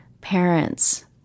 parents